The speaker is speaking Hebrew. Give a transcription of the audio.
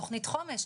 תוכנית חומש,